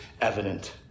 evident